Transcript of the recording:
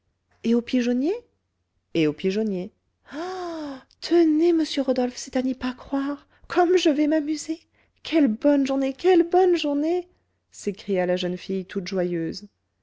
et au pigeonnier et au pigeonnier ah tenez monsieur rodolphe c'est à n'y pas croire comme je vais m'amuser quelle bonne journée quelle bonne journée s'écria la jeune fille toute joyeuse